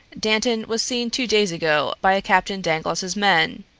dantan was seen two days ago by captain dangloss's men.